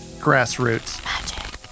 grassroots